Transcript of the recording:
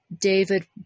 David